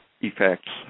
effects